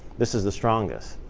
this is the strongest.